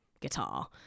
guitar